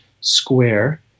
square